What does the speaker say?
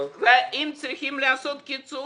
אם צריכים לעשות קיצוץ,